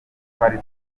twari